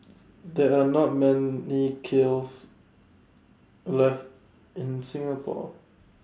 there are not many kilns left in Singapore